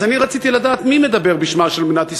אז אני רציתי לדעת מי מדבר בשמה של מדינת ישראל.